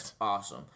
awesome